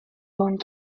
gang